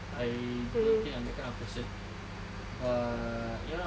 I don't think I'm the kind of person but ya lah